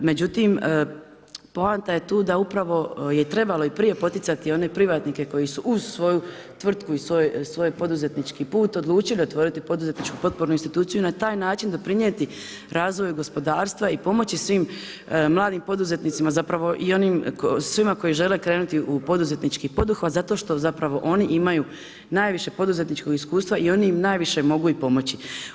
Međutim, poanta je tu upravo da je trebalo i prije poticati one privatnike, koji su uz svoju tvrtku i svoje poduzetnički put, odlučili otvoriti poduzetničku potpornu instituciju, na taj način doprinijeti razvoju gospodarstva i pomoći svim mladim poduzetnicima, zapravo i onim svima koji želee krenuti u poduzetnički poduhvat, zato što zapravo oni imaju najviše poduzetničkog iskustva, i oni im najviše mogu i pomoći.